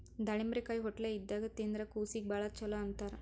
ದಾಳಿಂಬರಕಾಯಿ ಹೊಟ್ಲೆ ಇದ್ದಾಗ್ ತಿಂದ್ರ್ ಕೂಸೀಗಿ ಭಾಳ್ ಛಲೋ ಅಂತಾರ್